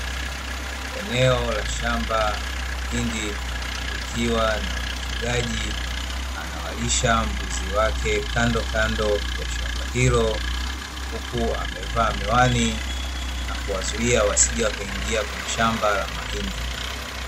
Eneo la shamba la mahindi likiwa na mfugaji anawalisha mbuzi wake kandokando ya shamba hilo, huku amevaa miwani na kuwazuia wasije wakaingia kwenye shamba la mahindi.